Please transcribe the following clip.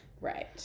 Right